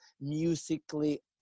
musically